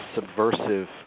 subversive